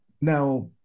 Now